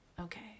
Okay